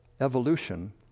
evolution